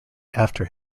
after